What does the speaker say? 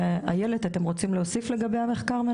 איילת, אתם רוצים להוסיף משהו לגבי המחקר?